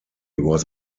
was